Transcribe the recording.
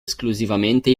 esclusivamente